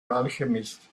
alchemist